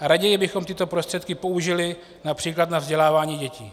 Raději bychom tyto prostředky použili například na vzdělávání dětí.